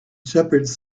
shepherds